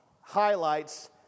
highlights